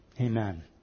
Amen